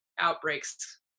outbreaks